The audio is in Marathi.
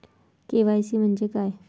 के.वाय.सी म्हंजे काय?